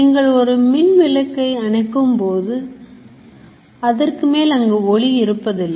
நீங்கள் ஒரு மின் விளக்கை அணைக்கும் போது அதற்குமேல் அங்கு ஒளி இருப்பதில்லை